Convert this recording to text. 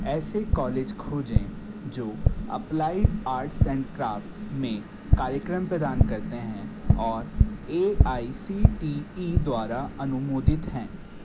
ऐसे कॉलेज खोजें जो अप्लाइड आर्ट्स एंड क्राफ़्ट्स में कार्यक्रम प्रदान करते हैं और A I C T E द्वारा अनुमोदित हैं